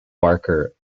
baker